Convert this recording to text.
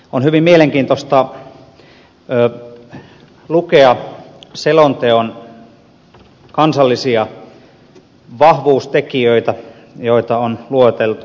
on hyvin mielenkiintoista lukea selonteosta kansallisia vahvuustekijöitä joita on lueteltu